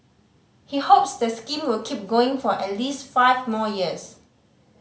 he hopes the scheme will keep going for at least five more years